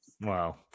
Wow